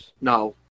No